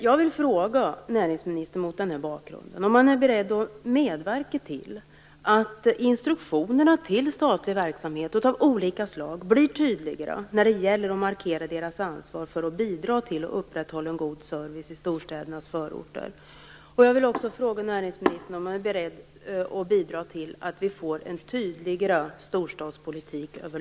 Jag vill mot den här bakgrunden fråga näringsministern om han är beredd att medverka till att instruktionerna till statlig verksamhet av olika slag blir tydligare när det gäller att markera deras ansvar för att bidra till att upprätthålla en god service i storstädernas förorter.